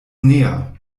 näher